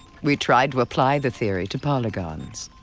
we tried to apply the theory to polygons.